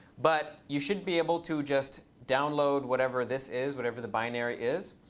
but you should be able to just download whatever this is, whatever the binary is.